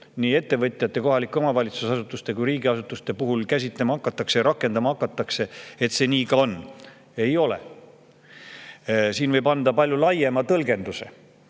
nii ettevõtjate, kohaliku omavalitsuse asutuste kui ka riigiasutuste puhul rakendama hakatakse, et see nii ka on. Ei ole! Siin võib anda palju laiema tõlgenduse,